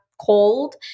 cold